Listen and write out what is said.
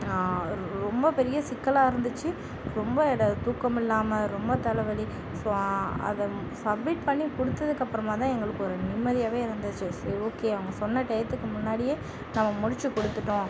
நான் ரொம்ப பெரிய சிக்கலாக இருந்திச்சு ரொம்ப இதில் தூக்கம் இல்லாமல் ரொம்ப தலைவலி அதை சப்மிட் பண்ணி கொடுத்ததுக்கு அப்புறமாதான் எங்களுக்கு ஒரு நிம்மதியாகவே இருந்திச்சு சரி ஓகே அவங்க சொன்ன டயத்துக்கு முன்னாடியே நம்ம முடித்துக் கொடுத்துட்டோம்